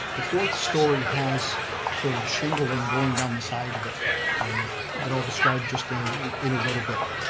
the fourth story has sort of shingling going down the side of it that i'll describe just in a little bit.